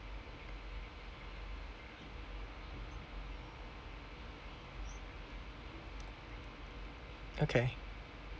okay